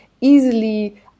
easily